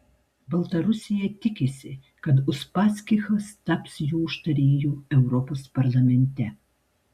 baltarusija tikisi kad uspaskichas taps jų užtarėju europos parlamente